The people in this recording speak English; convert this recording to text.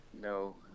no